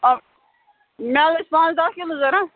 مےٚ حظ ٲسۍ پانٛژھ دَہ کِلوٗ ضوٚرتھ